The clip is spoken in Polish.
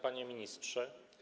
Panie Ministrze!